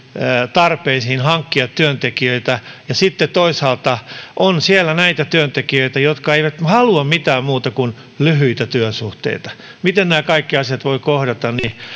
tarpeisiin hankkia työntekijöitä ja sitten toisaalta on siellä näitä työntekijöitä jotka eivät halua mitään muuta kuin lyhyitä työsuhteita siinä miten nämä kaikki asiat voivat kohdata